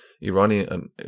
Iranian